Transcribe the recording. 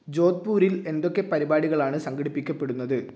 ജോദ്പൂരിൽ എന്തൊക്കെ പരിപാടികളാണ് സംഘടിപ്പിക്കപ്പെടുന്നത്